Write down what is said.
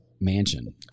mansion